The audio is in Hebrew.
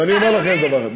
ואני אומר לכם דבר אחד,